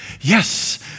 yes